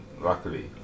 Luckily